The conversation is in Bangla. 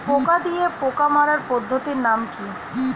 পোকা দিয়ে পোকা মারার পদ্ধতির নাম কি?